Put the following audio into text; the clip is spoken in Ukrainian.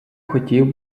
хотів